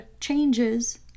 changes